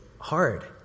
hard